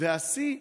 והשיא: